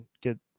get